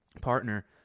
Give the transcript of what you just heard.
partner